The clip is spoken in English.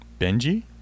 Benji